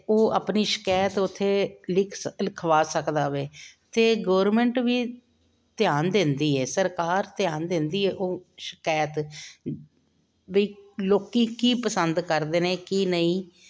ਅਤੇ ਉਹ ਆਪਣੀ ਸ਼ਿਕਾਇਤ ਉੱਥੇ ਲਿਖ ਸਕ ਲਿਖਵਾ ਸਕਦਾ ਵੇ ਅਤੇ ਗੌਰਮੈਂਟ ਵੀ ਧਿਆਨ ਦਿੰਦੀ ਹੈ ਸਰਕਾਰ ਧਿਆਨ ਦਿੰਦੀ ਹੈ ਉਹ ਸ਼ਿਕਾਇਤ ਬਈ ਲੋਕੀ ਕੀ ਪਸੰਦ ਕਰਦੇ ਨੇ ਕੀ ਨਹੀਂ